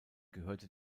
gehörte